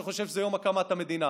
שחושב שזה יום הקמת המדינה.